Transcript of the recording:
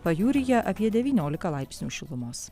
pajūryje apie devyniolika laipsnių šilumos